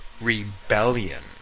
rebellion